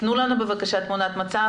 תנו לנו בבקשה תמונת מצב,